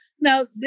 now